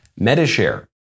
MediShare